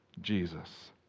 Jesus